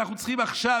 ואנחנו צריכים עכשיו,